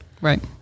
Right